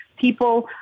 people